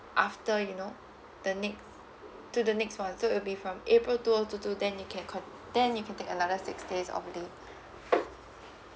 after you know the next till the next for so it'll be for april two O two two then you can con~ then you can take another six days of leave